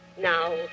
Now